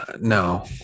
No